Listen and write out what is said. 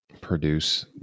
produce